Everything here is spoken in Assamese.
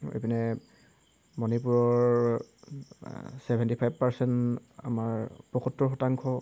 এইপিনে মণিপুৰৰ ছেভেণ্টি ফাইভ পাৰ্চেণ্ট আমাৰ পঁয়সত্তৰ শতাংশ